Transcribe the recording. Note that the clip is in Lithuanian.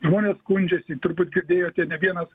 žmonės skundžiasi turbūt girdėjote ne vienas